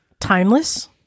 timeless